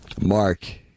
Mark